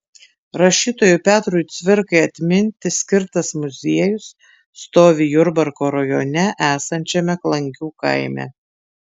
rašytojui petrui cvirkai atminti skirtas muziejus stovi jurbarko rajone esančiame klangių kaime